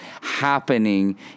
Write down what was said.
happening